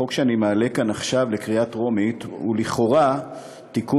החוק שאני מעלה כאן עכשיו לקריאה טרומית הוא לכאורה טכני,